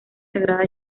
sagrada